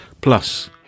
plus